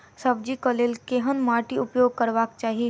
सब्जी कऽ लेल केहन माटि उपयोग करबाक चाहि?